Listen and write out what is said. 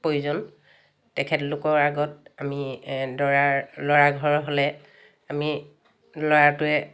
প্ৰয়োজন তেখেতলোকৰ আগত আমি দৰাৰ ল'ৰা ঘৰ হ'লে আমি ল'ৰাটোৱে